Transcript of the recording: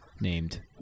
named